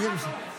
זה היה ברור.